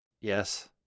Yes